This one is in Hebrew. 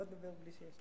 לא אדבר בלי שיש לי,